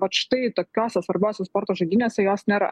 vat štai tokiose svarbiose sporto žaidynėse jos nėra